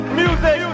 music